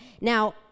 Now